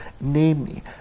namely